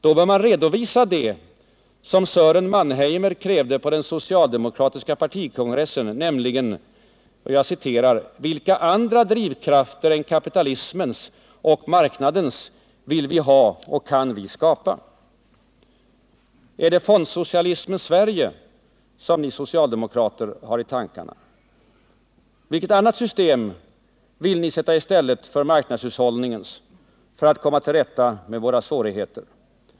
Då bör man redovisa det som Sören Mannheimer krävde på den socialdemokratiska partikongressen, nämligen ”vilka andra drivkrafter än kapitalismens och marknadens vi vill ha och kan skapa?” Är det fondsocialismens Sverige som ni socialdemokrater har i tankarna? Vilket annat system vill ni sätta i stället för marknadshushållningens för att komma till rätta med våra svårigheter?